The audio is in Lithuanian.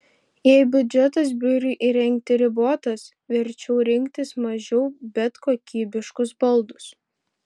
jei biudžetas biurui įrengti ribotas verčiau rinktis mažiau bet kokybiškus baldus